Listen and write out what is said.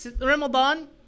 Ramadan